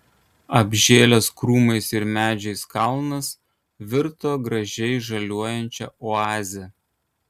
apžėlęs krūmais ir medžiais kalnas virto gražiai žaliuojančia oaze